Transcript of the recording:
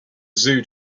zoo